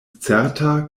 certa